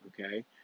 okay